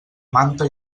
manta